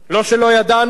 לא שלא ידענו,